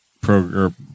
program